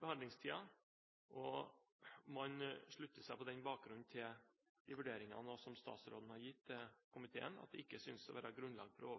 behandlingstiden. Man slutter seg på denne bakgrunn til de vurderingene som statsråden har gitt til komiteen, at det ikke synes å være grunnlag for å